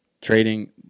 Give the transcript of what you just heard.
Trading